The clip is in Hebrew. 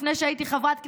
לפני שהייתי חברת כנסת,